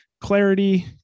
clarity